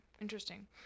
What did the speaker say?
Interesting